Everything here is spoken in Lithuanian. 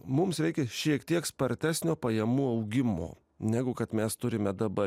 mums reikia šiek tiek spartesnio pajamų augimo negu kad mes turime dabar